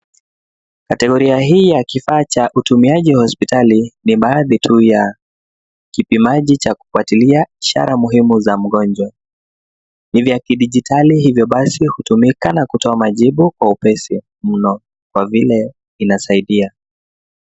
Kategoria hii ya kifaa cha utumiaji wa hospitali, ni baadhi tu ya kipimaji cha kufuatilia ishara muhimu za mgonjwa. Ni vya kidigitali hivyo basi hutumika na kutoa majibu kwa upesi mno. Kwa vile vinasaidia.